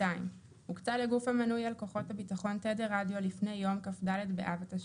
2. הוקצה לגוף המנוי על כוחות הביטחון תדר עד יום לפני כ"ד באב התשפ"ב,